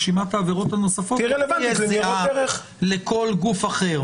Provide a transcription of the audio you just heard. רשימת העבירות הנוספות תהיה זהה לכל גוף אחר.